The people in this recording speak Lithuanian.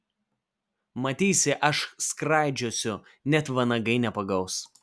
matysi aš skraidžiosiu net vanagai nepagaus